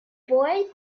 boy